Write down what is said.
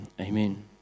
amen